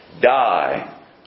die